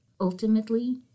Ultimately